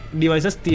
devices